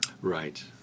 right